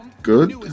good